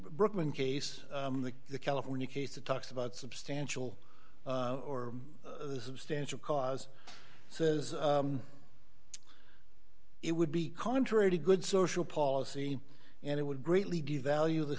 brooklyn case in the california case that talks about substantial or substantial cause says it would be contrary to good social policy and it would greatly devalue the